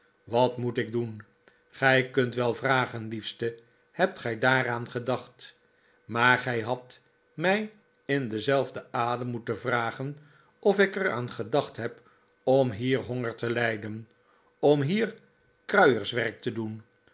wat moet ik doen gij kunt wel vragen liefste hebt gij daaraan gedacht maar gij hadt mij in denzelfden adem moeten vragen of ik er aan gedacht heb om hier honger te lijden maarten chuzzlewit om hier kruierswerk te doen